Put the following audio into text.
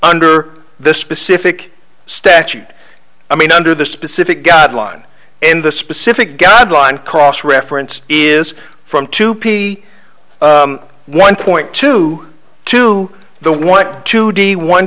under the specific statute i mean under the specific guideline in the specific guideline cross reference is from two p one point two to the one to d one